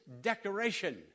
decoration